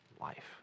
life